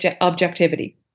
objectivity